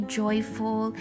joyful